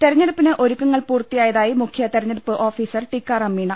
തെരഞ്ഞെടുപ്പിന് ഒരുക്കങ്ങൾ പൂർത്തിയായതായി മുഖ്യ തെര ഞ്ഞെടുപ്പ് ഓഫീസർ ടിക്കാറാം മീണ